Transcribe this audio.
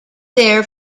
there